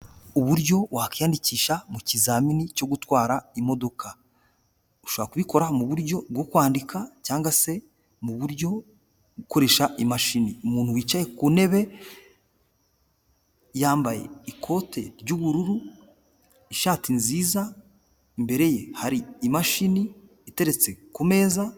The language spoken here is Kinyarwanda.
Uburyo wakwiyandikisha mu kizamini cyo gutwara imodoka, ushobora kubikora mu buryo bwo kwandika cyangwa se mu buryo ukoresha imashini. Umuntu wicaye ku ntebe yambaye ikote ry'ubururu, ishati nziza, imbere ye hari imashini iteretse ku meza.